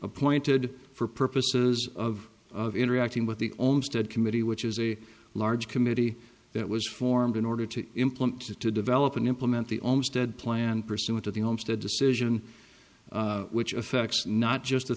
appointed for purposes of of interacting with the own stood committee which is a large committee that was formed in order to implement to develop and implement the almost dead planned pursuit of the homestead decision which affects not just the